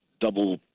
double